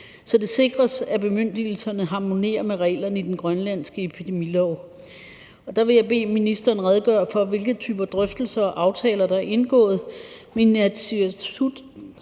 så det sikres, at bemyndigelserne harmonerer med reglerne i den grønlandske epidemilov. Der vil jeg bede ministeren redegøre for, hvilke typer drøftelser og aftaler der er indgået